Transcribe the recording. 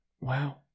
Wow